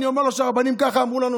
אני אומר לו שהרבנים ככה אמרו לנו,